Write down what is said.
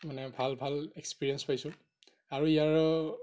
মানে ভাল ভাল এক্সপেৰিয়েন্স পাইছোঁ আৰু ইয়াৰো